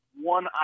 one